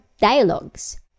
dialogues